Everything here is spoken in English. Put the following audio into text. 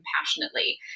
compassionately